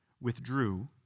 withdrew